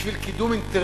בשביל קידום אינטרסים,